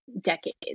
decades